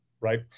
Right